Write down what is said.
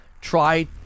try